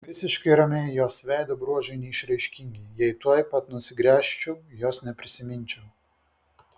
visiškai ramiai jos veido bruožai neišraiškingi jei tuoj pat nusigręžčiau jos neprisiminčiau